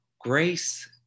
Grace